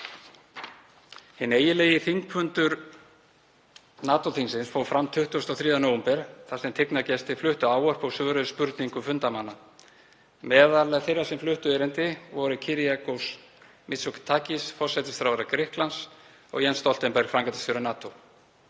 Hinn eiginlegi þingfundur NATO-þingsins fór fram 23. nóvember þar sem tignargestir fluttu ávörp og svöruðu spurningum fundarmanna. Meðal þeirra sem fluttu erindi voru Kyriakos Mitsotakis, forsætisráðherra Grikklands og Jens Stoltenberg, framkvæmdastjóri NATO.